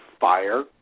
fire